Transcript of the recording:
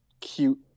cute